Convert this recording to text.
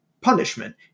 punishment